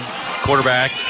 quarterback